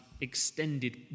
extended